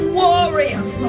warriors